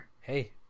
Hey